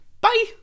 Bye